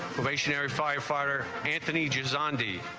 firefighter anthony jews on de